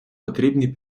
потрібні